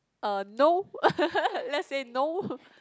err no let's say no